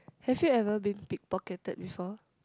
have you ever been pick pocketed before